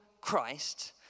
Christ